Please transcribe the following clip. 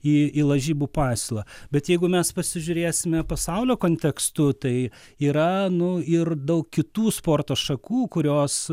į lažybų pasiūlą bet jeigu mes pasižiūrėsime pasaulio kontekstu tai yra nu ir daug kitų sporto šakų kurios